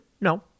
No